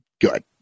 good